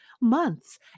Months